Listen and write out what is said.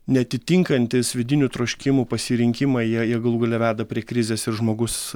neatitinkantys vidinių troškimų pasirinkimą jie jie galų gale veda prie krizės ir žmogus